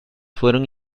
fueron